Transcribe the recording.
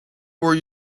were